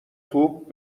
توپ